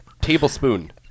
tablespoon